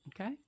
Okay